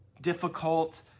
difficult